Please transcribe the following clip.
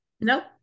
Nope